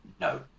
no